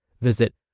Visit